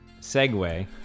segue